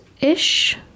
ish